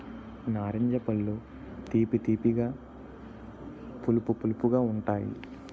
నారింజ పళ్ళు తీపి తీపిగా పులుపు పులుపుగా ఉంతాయి